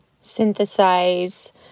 synthesize